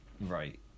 Right